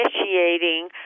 initiating